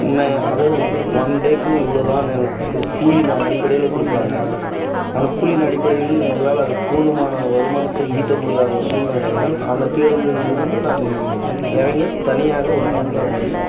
நான் அதே ஒன் டேக்கு இவ்வளோதான் எங்களுக்கு கூலியின் அடிப்படையில் கொடுப்பாங்க அந்த கூலியின் அடிப்படையில் எங்களால அது போதுமான வருமானத்தை ஈட்ட முடியாத சூழ்நிலை அந்த பேருந்திலிருந்து நான் இறங்கி தனியாக ஒரு ஆட்டோ வாங்கி